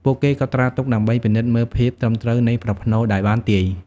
ពួកគេកត់ត្រាទុកដើម្បីពិនិត្យមើលភាពត្រឹមត្រូវនៃប្រផ្នូលដែលបានទាយ។